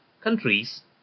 countries